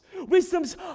Wisdom's